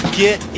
get